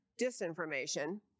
disinformation